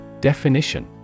Definition